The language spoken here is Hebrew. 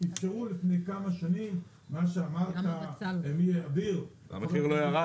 אפשרו לפני כמה שנים --- והמחיר של